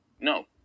No